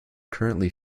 currently